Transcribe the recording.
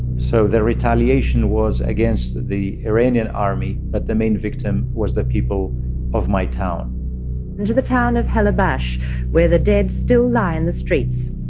so their retaliation was against the the iranian army, but the main victim was the people of my town into the town of halabja, where the dead still lie in the streets.